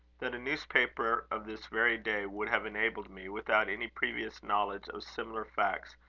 that a newspaper of this very day would have enabled me, without any previous knowledge of similar facts,